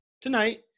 tonight